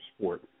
sport